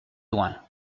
loin